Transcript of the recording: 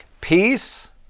Peace